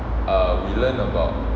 err we learn about